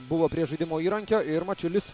buvo prie žaidimo įrankio ir mačiulis